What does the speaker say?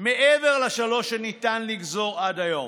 מעבר לשלוש שניתן לגזור כיום.